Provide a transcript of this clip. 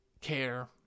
care